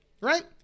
right